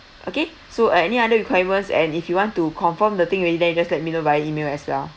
okay so uh any other requirements and if you want to confirm the thing then you can just let me know via email as well